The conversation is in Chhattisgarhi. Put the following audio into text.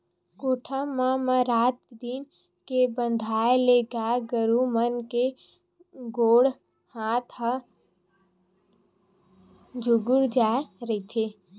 कोठा म म रात दिन के बंधाए ले गाय गरुवा मन के गोड़ हात ह चूगूर जाय रहिथे